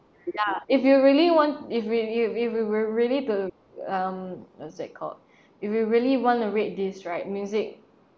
ya if you really want if we if if you were really to um what is that called if we really want to rate this right music